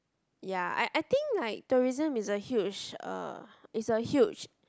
ya I I think like tourism is a huge uh is a huge